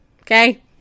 okay